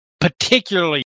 particularly